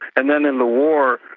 and then in the war,